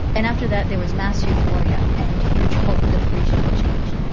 and after that there was mass euphoria, and huge hope that the region will change.